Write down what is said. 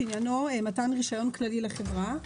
שעניינו מתן רישיון כללי לחברה.